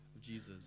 Jesus